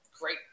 great